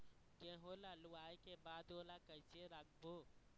गेहूं ला लुवाऐ के बाद ओला कइसे राखबो?